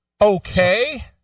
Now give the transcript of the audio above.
Okay